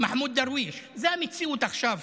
מחמוד דרוויש, זו המציאות עכשיו